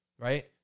right